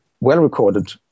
well-recorded